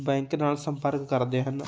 bank ਨਾਲ ਸੰਪਰਕ ਕਰਦੇ ਹਨ